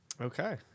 Okay